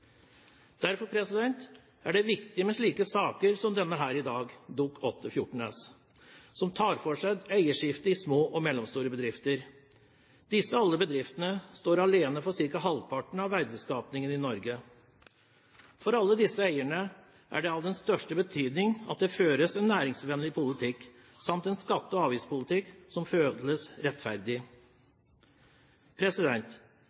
Derfor er det viktig med slike saker som den her i dag, Dokument 8:14 S, som tar for seg eierskifte i små og mellomstore bedrifter. Alle disse bedriftene står alene for ca. halvparten av verdiskapingen i Norge. For alle disse eierne er det av den største betydning at det føres en næringsvennlig politikk samt en skatte- og avgiftspolitikk som føles rettferdig.